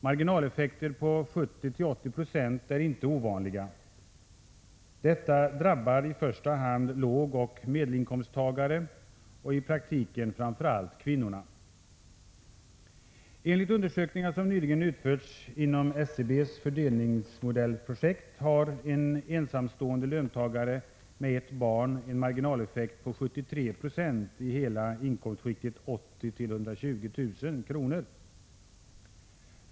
Marginaleffekter på 70-80 96 är inte ovanliga. Detta drabbar i första hand lågoch medelinkomsttagare, och i praktiken framför allt kvinnorna. Enligt undersökningar som nyligen utförts inom SCB:s fördelningsmodellsprojekt har en ensamstående löntagare med ett barn en marginaleffekt på 73 20 i hela inkomstskiktet 80 000-120 000 kr.